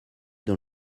dans